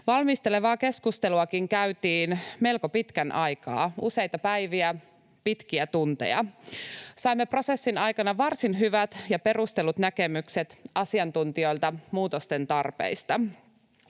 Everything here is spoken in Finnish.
Valmistelevaa keskusteluakin käytiin melko pitkän aikaa: useita päiviä, pitkiä tunteja. Saimme prosessin aikana varsin hyvät ja perustellut näkemykset asiantuntijoilta muutosten tarpeista.